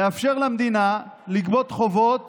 לאפשר למדינה לגבות חובות